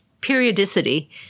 periodicity